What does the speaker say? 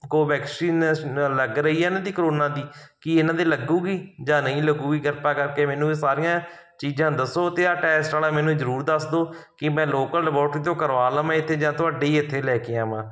ਕੋਵੈਕਸੀਨ ਲੱਗ ਰਹੀ ਇਹਨਾਂ ਦੀ ਕਰੋਨਾ ਦੀ ਕੀ ਇਹਨਾਂ ਦੇ ਲੱਗੂਗੀ ਜਾਂ ਨਹੀਂ ਲੱਗੂਗੀ ਕਿਰਪਾ ਕਰਕੇ ਮੈਨੂੰ ਇਹ ਸਾਰੀਆਂ ਚੀਜ਼ਾਂ ਦੱਸੋ ਅਤੇ ਇਹ ਟੈਸਟ ਵਾਲਾ ਮੈਨੂੰ ਜ਼ਰੂਰ ਦੱਸ ਦਿਓ ਕੀ ਮੈਂ ਲੋਕਲ ਲਬੋਟਰੀ ਤੋਂ ਕਰਵਾ ਲਵਾਂ ਇੱਥੇ ਜਾਂ ਤੁਹਾਡੇ ਹੀ ਇੱਥੇ ਲੈ ਕੇ ਆਵਾਂ